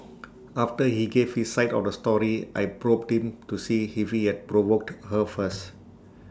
after he gave his side of the story I probed him to see if he had provoked her first